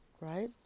right